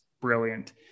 brilliant